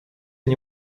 nie